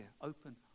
open